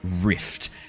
rift